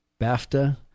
BAFTA